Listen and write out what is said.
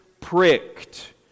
pricked